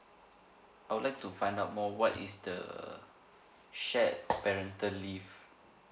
I would like to find out more what is the shared parental leave